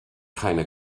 keine